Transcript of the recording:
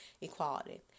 equality